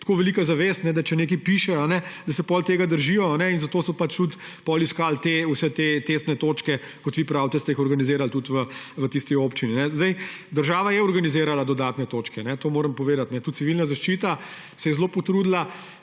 tako velika zavest, da če nekaj piše, se potem tega držijo in zato so tudi iskali vse te testne točke. Kot vi pravite, ste jih organizirali tudi v tisti občini. Država je organizirala dodatne točke, to moram povedati. Tudi Civilna zaščita se je zelo potrudila,